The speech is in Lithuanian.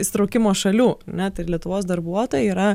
įsitraukimo šalių ar ne tai ir lietuvos darbuotojai yra